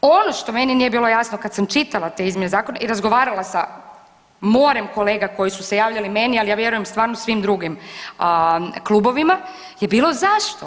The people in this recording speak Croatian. Ono što meni nije bilo jasno kada sam čitala te izmjene zakona i razgovarala sa morem kolega koji su se javljali meni, ali ja vjerujem i svim drugim klubovima je bilo zašto?